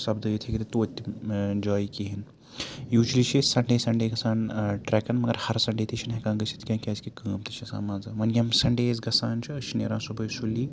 سبدٲوِتھ ہیٚکہِ نہٕ توتہِ جایہِ کِہیٖنۍ یوٗجؤلی چھِ أسۍ سَنڈے سَنٛڈے گژھان ٹرٛٮ۪کَن مگر ہر سَنڈے تہِ چھِنہٕ ہٮ۪کان گٔژھِتھ کینٛہہ کیٛازِکہِ کٲم تہِ چھےٚ آسان منٛزٕ وَنۍ ییٚمۍ سَنڈیز گژھان چھِ أسۍ چھِ نیران صُبحٲے سُلی